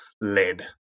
lead